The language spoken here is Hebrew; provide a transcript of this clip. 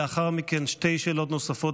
ולאחר מכן שתי שאלות נוספות,